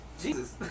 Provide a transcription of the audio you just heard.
Jesus